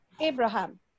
Abraham